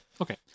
Okay